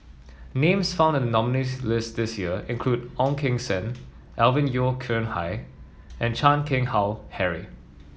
names found in the nominees' list this year include Ong Keng Sen Alvin Yeo Khirn Hai and Chan Keng Howe Harry